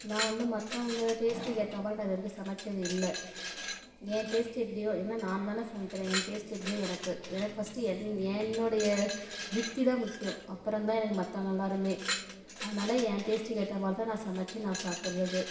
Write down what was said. நான் வந்து மற்றவங்க டேஸ்ட்டுக்கு ஏற்ற மாதிரி நான் இது வரைக்கும் சமைத்தது இல்லை என் டேஸ்ட்டு எப்படியோ ஏன்னா நான் தானே சமைக்கிறேன் என் டேஸ்ட்டு எப்படியோ எனக்கு எனக்கு ஃபஸ்ட்டு என் என்னுடைய திருப்தி தான் முக்கியம் அப்புறம் தான் எனக்கு மற்றவங்க எல்லோருமே அதனால் என் டேஸ்ட்டுக்கு ஏற்ற மாதிரி தான் நான் சமைத்து நான் சாப்பிட்றது